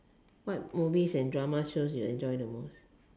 what movies and drama shows do you enjoy the most